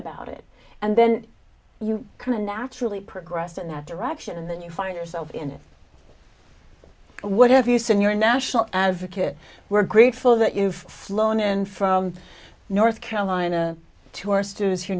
about it and then you kind of naturally progressed in that direction and then you find yourself in what have you seen your national advocate we're grateful that you've flown in from north carolina to our students here